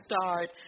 start